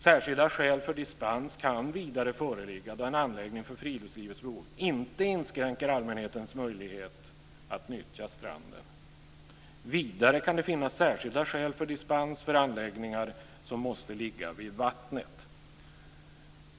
- Särskilda skäl för dispens kan vidare föreligga då en anläggning för friluftslivets behov inte inskränker allmänhetens möjlighet att nyttja stranden -. Vidare kan det finnas särskilda skäl för dispens för anläggningar som måste ligga vid vattnet -."